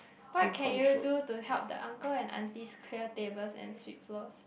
what can you do to help the uncle and aunties clear tables and sweep floors